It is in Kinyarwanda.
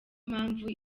mpamvu